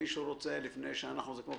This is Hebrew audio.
מישהו רוצה לפני שאנחנו מצביעים?